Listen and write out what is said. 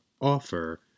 offer